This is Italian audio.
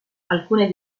alcune